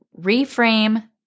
reframe